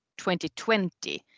2020